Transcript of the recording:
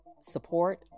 support